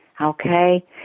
Okay